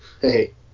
Hey